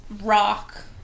rock